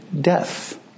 death